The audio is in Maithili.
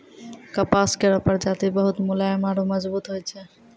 कपास केरो प्रजाति बहुत मुलायम आरु मजबूत होय छै